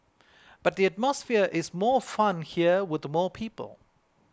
but the atmosphere is more fun here with more people